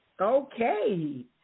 Okay